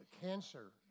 cancer